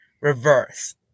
reverse